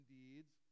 deeds